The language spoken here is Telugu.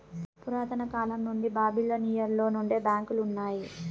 పురాతన కాలం నుండి బాబిలోనియలో నుండే బ్యాంకులు ఉన్నాయి